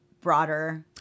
broader